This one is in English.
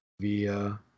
via